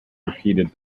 repeated